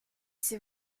c’est